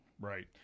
right